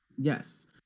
Yes